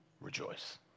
Rejoice